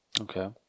Okay